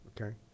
okay